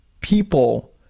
people